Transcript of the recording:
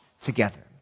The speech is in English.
together